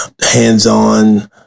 hands-on